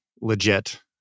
legit